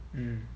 mm